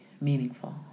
meaningful